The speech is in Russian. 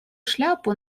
шляпу